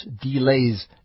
delays